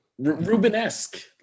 Rubenesque